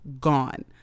gone